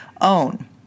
own